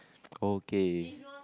okay